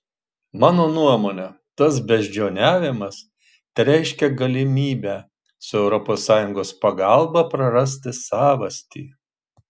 mano nuomone tas beždžioniavimas tereiškia galimybę su europos sąjungos pagalba prarasti savastį